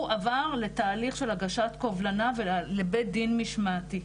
הוא עבר לתהליך של הגשת קובלנה ולבית דין משמעתי.